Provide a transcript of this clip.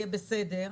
יהיה בסדר,